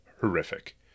horrific